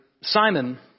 Simon